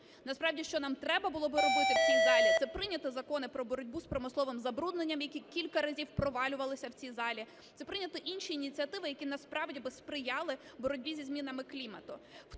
Насправді, що нам треба було би робити в цій залі – це прийняти закони про боротьбу з промисловим забрудненням, які кілька разів провалювалися в цій залі, це прийняти інші ініціативи, які насправді би сприяли боротьбі зі змінами клімату,